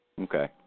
Okay